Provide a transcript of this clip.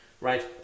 right